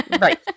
Right